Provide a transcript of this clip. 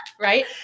right